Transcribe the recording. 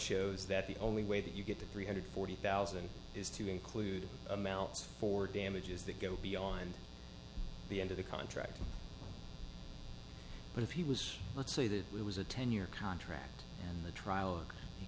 shows that the only way that you get to three hundred forty thousand is to include amounts for damages that go beyond the end of the contract but if he was let's say that was a ten year contract and the trial